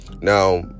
Now